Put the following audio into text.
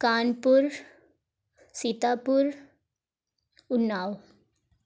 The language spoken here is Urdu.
کانپور سیتاپور اناؤ